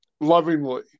lovingly